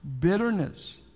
Bitterness